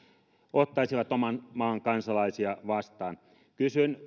ottaisivat oman maan kansalaisia vastaan kysyn